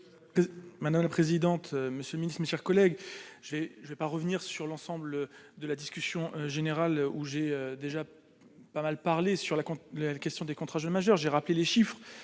madame la présidente, monsieur le Ministre, mes chers collègues, j'ai j'ai pas revenir sur l'ensemble de la discussion générale, où j'ai déjà pas mal parlé sur la compte la question des contrats jeunes majeurs, j'ai rappelé les chiffres,